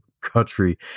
country